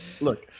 Look